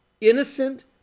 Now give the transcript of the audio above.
innocent